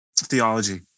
Theology